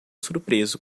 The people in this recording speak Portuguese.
surpreso